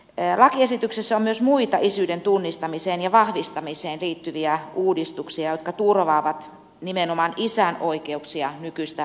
lakiesityksessä on myös muita isyyden tunnustamiseen ja vahvistamiseen liittyviä uudistuksia jotka turvaavat nimenomaan isän oikeuksia nykyistä paremmin